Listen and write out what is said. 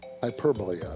hyperbole